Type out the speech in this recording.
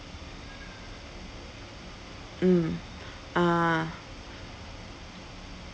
mm ah